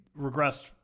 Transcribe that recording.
regressed